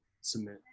submit